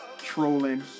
trolling